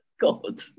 God